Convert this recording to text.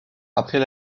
après